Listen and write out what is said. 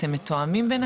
אתם מתואמים בינכם?